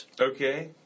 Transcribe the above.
okay